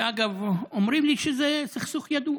ואגב, אומרים לי שזה סכסוך ידוע.